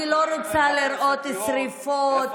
אני לא רוצה לראות דם.